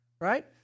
right